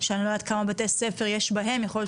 שאני לא יודעת כמה בתי ספר יש בהם יכול להיות